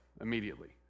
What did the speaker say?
immediately